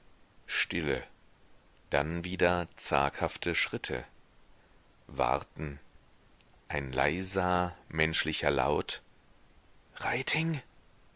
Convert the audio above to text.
stille dann wieder zaghafte schritte warten ein leiser menschlicher laut